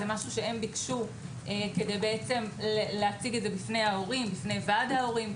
זה משהו שהם ביקשו כדי להציג את הזה בפני ההורים ובפני ועד ההורים.